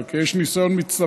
אלא כי יש ניסיון מצטבר.